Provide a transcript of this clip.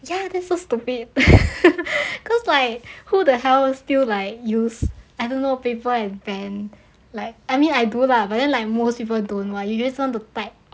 ya that's so stupid cause like who the hell still like use I don't know paper and pen like I mean I do lah but then like most people don't [what] you just want to type